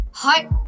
hi